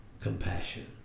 compassion